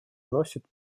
носит